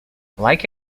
like